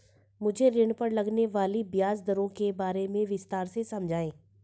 मुझे ऋण पर लगने वाली ब्याज दरों के बारे में विस्तार से समझाएं